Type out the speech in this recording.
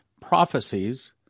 prophecies